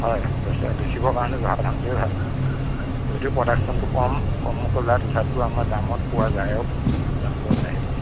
হয় বেচা বেচিবৰ কাৰণে জহা ধানটোৱে ভাল যদিও প্ৰডাকচনটো কম কমকৈ ওলায় তথাপি আমাৰ দামত পোৱা যায় আৰু দাম পোৱা যায় সেইটো